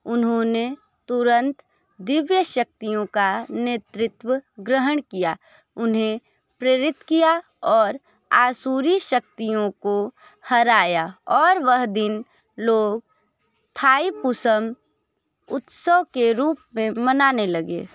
उन्होंने तुरंत दिव्य शक्तियों का नेतृत्व ग्रहण किया उन्हें प्रेरित किया और असुरी शक्तियों को हराया और वह दिन लोग थाइपुसम उत्सव के रूप में मनाने लगे